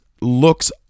looks